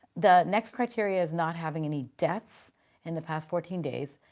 the next criteria is not having any deaths in the past fourteen days.